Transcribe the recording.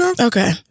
Okay